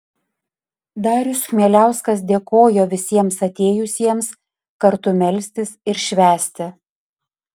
darius chmieliauskas dėkojo visiems atėjusiems kartu melstis ir švęsti